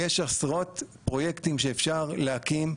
יש עשרות פרויקטים שאפשר להקים.